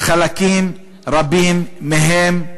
חלקים רבים מהם,